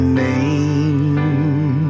name